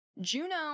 Juno